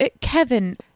Kevin